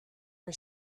her